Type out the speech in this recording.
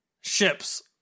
ships